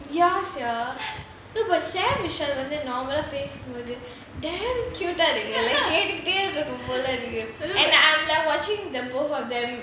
ya sia no but sam vishal வந்து:vanthu damn cute இருக்குது கேட்டுட்டே இருக்கலாம் போல இருக்குது:irukuthu kaetutae irukalaam pola irukuthu and I'm like watching the both of them